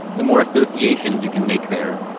the more associations you can make there,